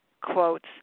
quotes